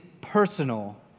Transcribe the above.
personal